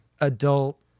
adult